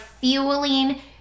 fueling